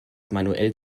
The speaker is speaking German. manuell